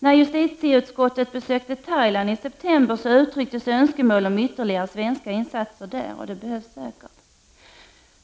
När justitieutskottet besökte Thailand i september uttrycktes önskemål om ytterligare svenska insatser där. Det behövs säkert.